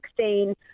2016